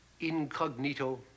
incognito